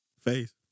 face